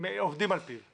עובדים על פיו,